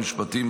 המשפטים,